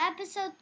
episode